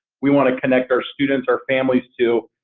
we want to connect our students, our families too.